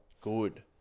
Good